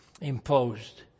imposed